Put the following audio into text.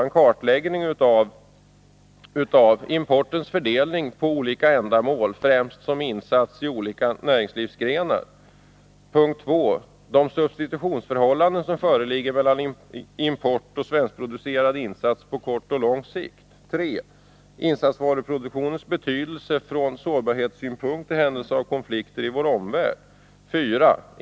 En kartläggning av importens fördelning på olika ändamål, främst som insats i olika näringslivsgrenar. 2. De substitutionsförhållanden som föreligger mellan import och svenskproducerad insats på kort och lång sikt. 3. Insatsvaruproduktionens betydelse från sårbarhetssynpunkt i händelse av konflikter i vår omvärld. 4.